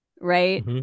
right